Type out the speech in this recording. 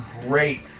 great